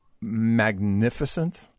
magnificent